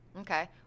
Okay